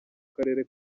karere